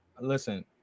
Listen